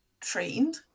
trained